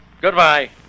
Goodbye